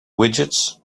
widgets